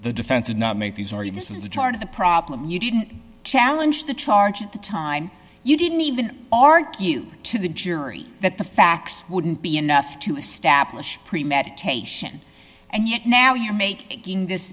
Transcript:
the defense is not make these are you this is a part of the problem you didn't challenge the charge at the time you didn't even argue to the jury that the facts wouldn't be enough to establish premeditation and yet now you're making this